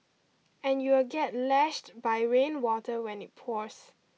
and you will get lashed by rainwater when it pours